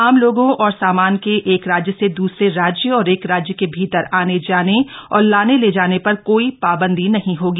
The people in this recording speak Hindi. आम लोगों और सामान के एक राज्य से दुसरे राज्य और एक राज्य के भीतर आने जाने और लाने ले जाने पर कोई पाबंदी नहीं होगी